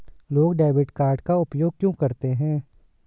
लोग debit card का उपयोग क्यों करते हैं?